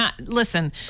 listen